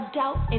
doubt